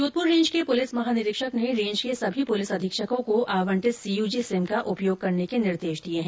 Jodhpur range के police महानिरीक्षक ने रेंज के सभी पुलिस अधीक्षकों को आवंटित सीयूजी सिम का उपयोग करने के निर्देश दिए है